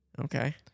Okay